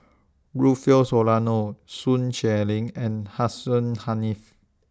Rufill Soliano Sun Xueling and Hussein Haniff